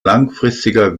langfristiger